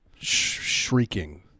Shrieking